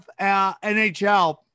NHL